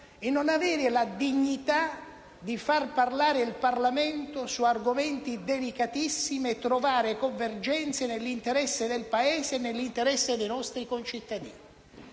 e non avere la dignità di far parlare il Parlamento su argomenti delicatissimi e trovare convergenze nell'interesse del Paese e nell'interesse dei nostri concittadini.